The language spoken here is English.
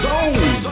Zone